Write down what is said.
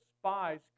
spies